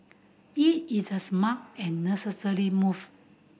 it is a smart and necessary move